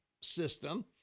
system